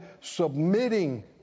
submitting